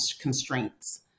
constraints